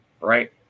right